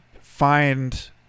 find